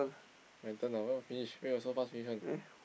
my turn uh where got finish where got so fast finish one